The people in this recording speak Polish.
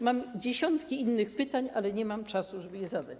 Mam dziesiątki innych pytań, ale nie mam czasu, żeby je zadać.